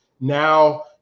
now